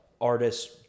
artists